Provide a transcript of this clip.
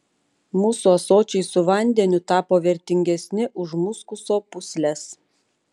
mūsų ąsočiai su vandeniu tapo vertingesni už muskuso pūsles